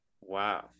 Wow